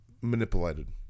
manipulated